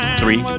three